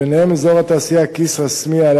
ביניהם אזור התעשייה כסרא-סמיע,